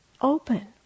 open